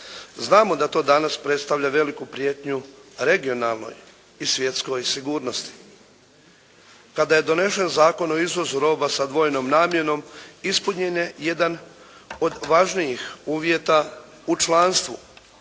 Znamo da to danas predstavlja veliku prijetnju regionalnoj i svjetskoj sigurnosti. Kada je donesen Zakon o izvozu roba sa dvojnom namjenom ispunjen je jedan od važnijih uvjeta u članstvu